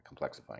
complexifying